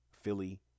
Philly